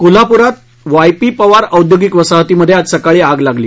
कोल्हापुरात Y P Pawar औद्योगिक वसाहतीमध्ये आज सकाळी आग लागली